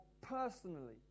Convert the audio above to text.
personally